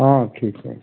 ହଁ ଠିକ୍ ଅଛି